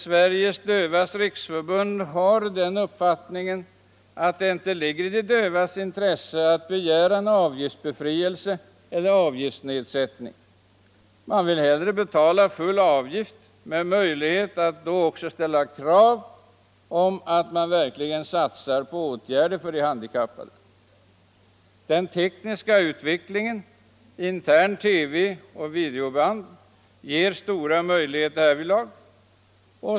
Sveriges dövas riksförbund anser att det inte ligger i de dövas intresse att begära avgiftsbefrielse eller avgiftsnedsättning. Man vill hellre betala full avgift och därmed ha möjligheter att ställa krav på att det verkligen satsas på åtgärder för de handikappade. Den tekniska utvecklingen —- intern TV och videoband — ger därvidlag stora möjligheter.